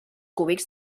cúbics